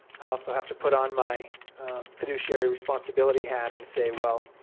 i also have to put on my fiduciary responsibility hat and say well